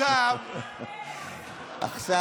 נגד המגילה.